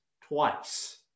twice